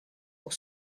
pour